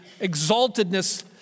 exaltedness